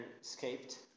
escaped